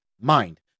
mind